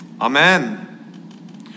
Amen